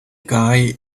guy